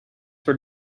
were